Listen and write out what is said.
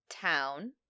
Town